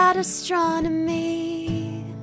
astronomy